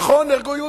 נכון, נהרגו יהודים.